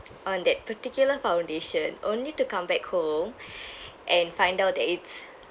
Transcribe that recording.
on that particular foundation only to come back home and find out that it's